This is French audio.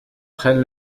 prennent